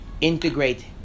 integrate